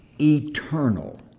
eternal